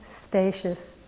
spacious